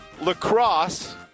lacrosse